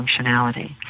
functionality